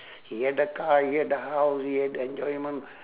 he have the car he have the house he have the enjoyment